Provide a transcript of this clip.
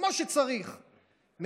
כמו שצריך,